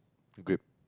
grip